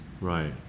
right